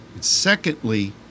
secondly